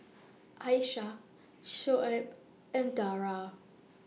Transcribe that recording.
Aisyah Shoaib and Dara